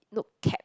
nope cap